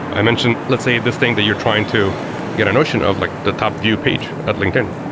i mentioned, let's say this thing that you're trying to get a notion of, like the top view page at linkedin,